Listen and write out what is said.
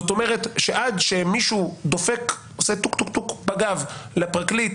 זה אומר שעד שמישהו דופק בגב לפרקליט,